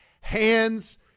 Hands